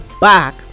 back